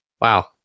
Wow